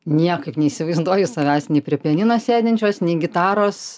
niekaip neįsivaizduoju savęs nei prie pianino sėdinčios nei gitaros